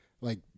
like-